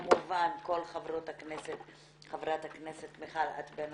כמובן, כל חברות הכנסת, חברת הכנסת מיכל את בין